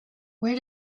where